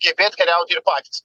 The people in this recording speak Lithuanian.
gebėt kariauti ir patys